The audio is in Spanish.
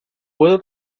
puedo